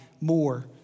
more